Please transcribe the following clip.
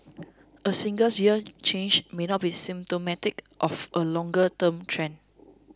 a singles year change may not be symptomatic of a longer term trend